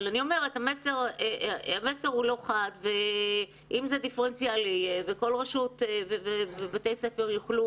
אני אומרת שהמסר הוא לא חד ואם זה דיפרנציאלי וכל רשות ובתי ספר יוכלו